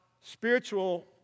spiritual